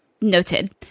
Noted